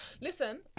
Listen